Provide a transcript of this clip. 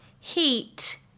Heat